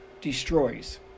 destroys